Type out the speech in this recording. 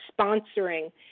sponsoring